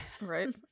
Right